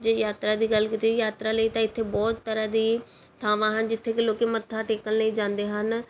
ਜੇ ਯਾਤਰਾ ਦੀ ਗੱਲ ਕਰੀਏ ਯਾਤਰਾ ਲਈ ਤਾਂ ਇੱਥੇ ਬਹੁਤ ਤਰ੍ਹਾਂ ਦੀ ਥਾਵਾਂ ਹਨ ਜਿੱਥੇ ਕਿ ਲੋਕ ਮੱਥਾ ਟੇਕਣ ਲਈ ਜਾਂਦੇ ਹਨ